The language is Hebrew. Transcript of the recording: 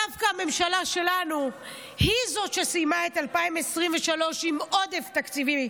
דווקא הממשלה שלנו היא זאת שסיימה את 2023 עם עודף תקציבי,